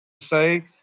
say